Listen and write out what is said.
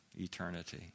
eternity